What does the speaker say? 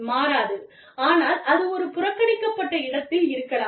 மாறாது ஆனால் அது ஒரு புறக்கணிக்கப்பட்ட இடத்தில் இருக்கலாம்